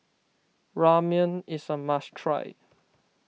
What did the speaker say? Ramyeon is a must try